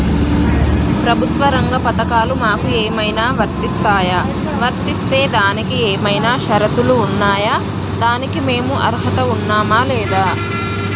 ప్రభుత్వ రంగ పథకాలు మాకు ఏమైనా వర్తిస్తాయా? వర్తిస్తే దానికి ఏమైనా షరతులు ఉన్నాయా? దానికి మేము అర్హత ఉన్నామా లేదా?